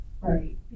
right